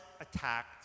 attacked